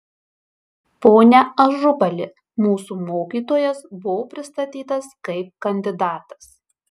pone ažubali mūsų mokytojas buvo pristatytas kaip kandidatas